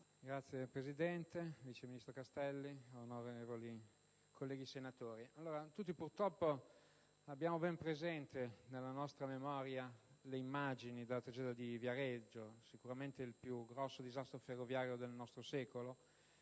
Signor Presidente, signor vice ministro Castelli, onorevoli colleghi senatori, tutti purtroppo abbiamo ben presenti nella nostra memoria le immagini della tragedia di Viareggio, il più grande disastro ferroviario del nostro secolo: